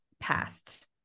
past